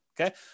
Okay